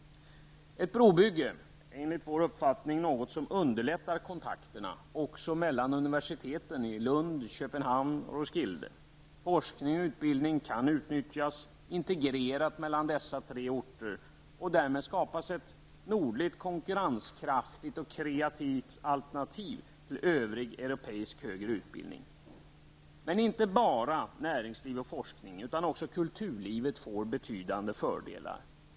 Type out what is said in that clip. Ett brobygge är, enligt vår uppfattning, något som underlättar kontakterna också mellan universiteten i Lund, Köpenhamn och Roskilde. Forskning och utbildning kan utnyttjas integrerat mellan dessa tre orter, och därmed skapas ett nordligt konkurrenskraftigt och kreativt alternativ till övrig europeisk högre utbildning. Inte bara näringsliv och forskning utan också kulturlivet får betydande fördelar.